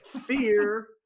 Fear